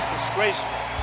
Disgraceful